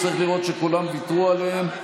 צריך לראות שכולם ויתרו עליהן.